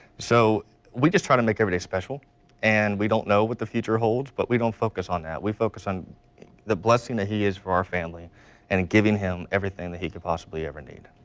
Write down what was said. so we just try to make every day special and we don't know what the future holds. but we don't focus on that. we focus on the blessing that he is for our family and giving him everything that he could possibly ever need